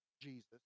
Jesus